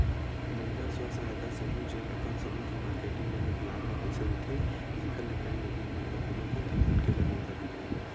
महिला स्व सहायता समूह जेन अपन समूह के मारकेटिंग मन ल बियाज म पइसा देथे, जेखर ले माईलोगिन मन ल कोनो कोती भटके बर नइ परय